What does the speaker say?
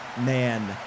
man